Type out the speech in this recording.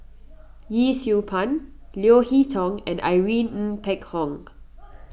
Yee Siew Pun Leo Hee Tong and Irene Ng Phek Hoong